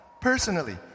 personally